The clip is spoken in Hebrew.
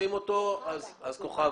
כוכבה